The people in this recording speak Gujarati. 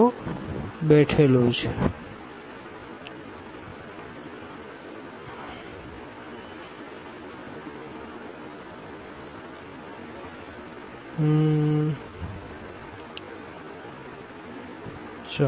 Take x21x52then x4 122 x34 42 x19 21 9